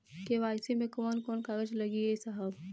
KYC मे कवन कवन कागज लगी ए साहब?